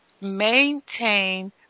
maintain